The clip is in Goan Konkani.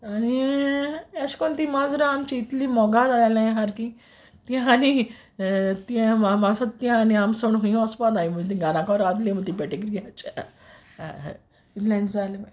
आनी अेश कोन्न तीं माजरां आमचीं इतलीं मोगा जालांय सारकीं तीं हाली म्हाक दिसोत तीं आनी आमक सोड्न हूंय ओसपानाय घाराको रावतलीं म्हूण तीं पॅडीग्री हाच्या इतलेंच जाल मागीर